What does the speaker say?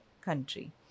country